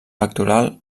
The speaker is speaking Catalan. pectoral